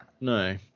No